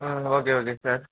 ah okay okay sir